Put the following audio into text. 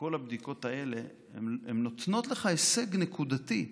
כל הבדיקות האלה הן נותנות לך הישג נקודתי,